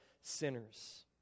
sinners